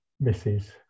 misses